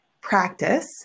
practice